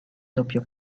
doppio